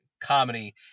comedy